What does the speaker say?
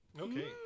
Okay